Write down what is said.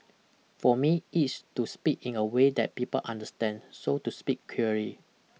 for me it's to speak in a way that people understand so to speak clearly